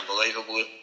unbelievable